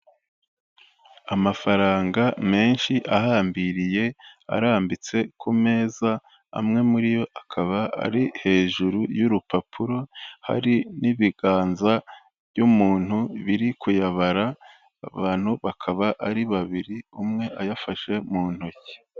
Amafaranga menshi ahambiriye arambitse ku meza, amwe muri yo akaba ari hejuru y'urupapuro hari n'ibiganza by'umuntu biri kuyabara, abantu bakaba ari babiri umwe ayafashe mu ntoki.